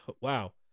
wow